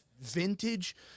vintage